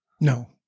No